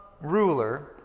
ruler